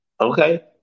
okay